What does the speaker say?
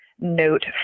note